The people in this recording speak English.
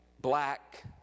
black